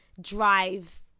drive